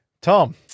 Tom